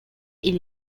est